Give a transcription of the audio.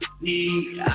need